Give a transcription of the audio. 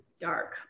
dark